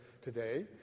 today